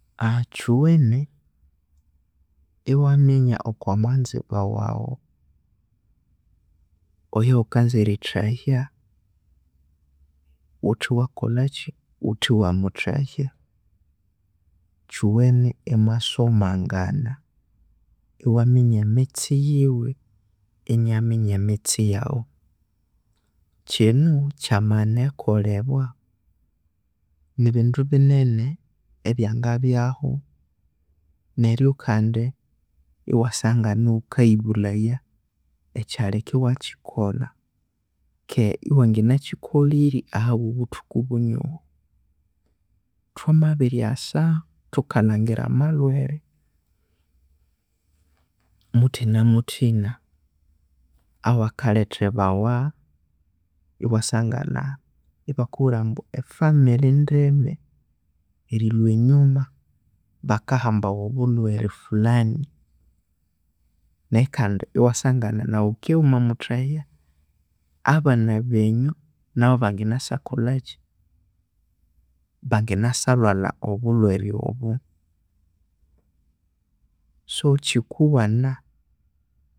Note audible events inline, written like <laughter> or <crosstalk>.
<hesitation> kyiwune ewaminya okwa mwanzibwa waghu oyughukanza erithahya wuthiwakolhaki, wuthewamuthahya kiwene emwasomangana, ewaminya emitse yiwe inaminya emitse yaghu kinu kyamaghana erikolhebwa nibindu binene ebya ngabyahu neryo kandi iwasangana iwukayibulhaya ekyalheka iwakikolha keghe iwanginakikolhire ahabwa obuthuku bunyoho thwamabiryasa thukalhangira amalhwere muthina muthina awa kalhethebawa ewasangana ibakubwira ambu efamile ndebe erilhya enyuma bakahambawa obulhwere fulani neghe kandi ewasangana naghu ghukiya wamamuthahya abana benyu banganashalhwalha obulhwere obu so kyikuwana.